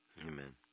Amen